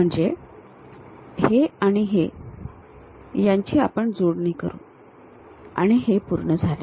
म्हणजे हे आणि हे यांची आपण जोडणी करू आणि हे पूर्ण झाले